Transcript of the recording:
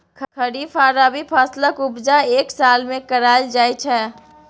खरीफ आ रबी फसलक उपजा एक साल मे कराएल जाइ छै